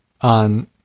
on